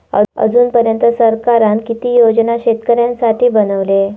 अजून पर्यंत सरकारान किती योजना शेतकऱ्यांसाठी बनवले?